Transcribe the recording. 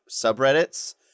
subreddits